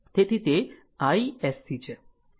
તેથી તે iSC છે